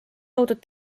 loodud